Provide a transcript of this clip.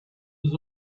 his